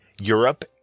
Europe